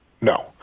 No